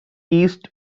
east